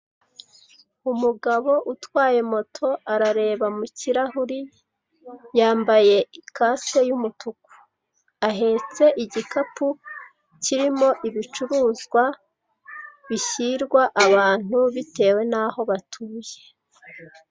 Umugabo utwaye moto arareba mu kirahuri yambaye kasiki y'umutuku. Ahetse igikapu kirimo ibicuruzwa bishyirwa abantu bitewe n'aho batuye.